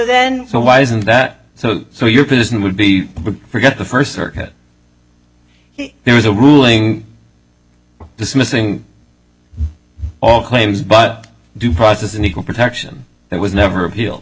then so why isn't that so so your position would be to forget the first circuit there was a ruling dismissing all claims but due process and equal protection there was never appeal